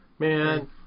Man